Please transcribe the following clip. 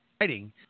writing